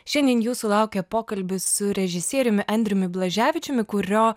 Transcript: šiandien jūsų laukia pokalbis su režisieriumi andriumi blaževičiumi kurio